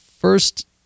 first